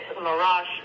mirage